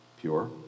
pure